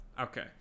Okay